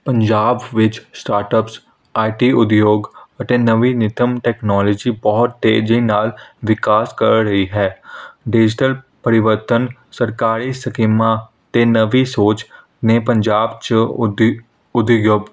ਪੰਜਾਬ ਵਿੱਚ startups I T ਉਦਯੋਗ ਅਤੇ ਨਵੇਂ ਨਿਯਮ ਟੈਕਨੋਲਜੀ ਬਹੁਤ ਤੇਜ਼ੀ ਨਾਲ ਵਿਕਾਸ ਕਰ ਰਹੀ ਹੈ ਡੀਜੀਟਲ ਪਰਿਵਰਤਨ ਸਰਕਾਰੀ ਸਕੀਮਾਂ ਅਤੇ ਨਵੀਂ ਸੋਚ ਨੇ ਪੰਜਾਬ 'ਚ ਉਦੇ ਉਦਯੋਗ